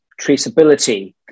traceability